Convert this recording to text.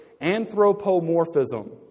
Anthropomorphism